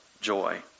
joy